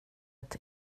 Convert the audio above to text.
ett